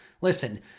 Listen